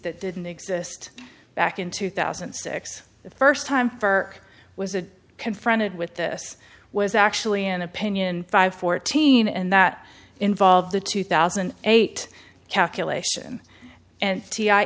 that didn't exist back in two thousand and six the first time ever was a confronted with this was actually an opinion five fourteen and that involved the two thousand and eight calculation and